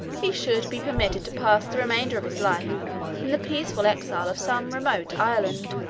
he should be permitted to pass the remainder of his life in the peaceful exile of some remote island.